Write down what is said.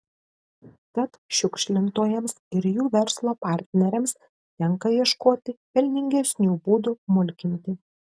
tad šiukšlintojams ir jų verslo partneriams tenka ieškoti pelningesnių būdų mulkinti